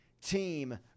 team